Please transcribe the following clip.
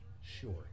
Sure